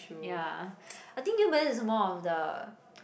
ya I think New Balance is more of the